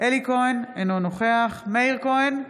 אלי כהן, אינו נוכח מאיר כהן,